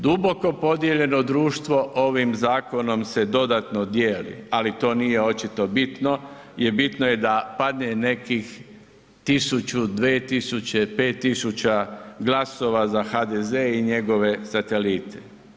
Duboko podijeljeno društvo ovim zakonom se dodatno dijeli, ali to nije očito bitno, jel bitno je da padne nekih 1000, 2000, 5000 glasova za HDZ i njegove satelite.